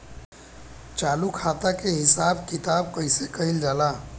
चालू खाता के हिसाब किताब कइसे कइल जाला?